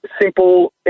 simple